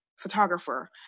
photographer